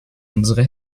unsere